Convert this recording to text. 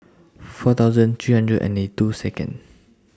four thousand three hundred and ninety two Second